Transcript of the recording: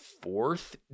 fourth